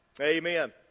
Amen